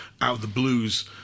out-of-the-blues